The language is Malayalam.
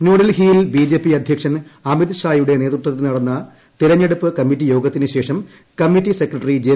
ന്യൂഡൽഹിയിൽ ബിജെപി അദ്ധ്യക്ഷൻ അമിത്ഷായുടെ നേതൃത്വത്തിൽ നടന്ന കേന്ദ്രതെരഞ്ഞെടുപ്പ് കമ്മിറ്റിയോഗത്തിന് ശേഷം കമ്മിറ്റി സെക്രട്ടറി ജെ